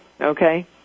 okay